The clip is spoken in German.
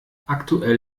aktuell